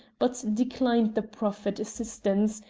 but declined the proffered assistance,